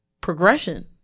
progression